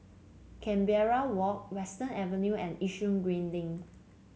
Canberra Walk Western Avenue and Yishun Green Link